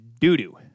doo-doo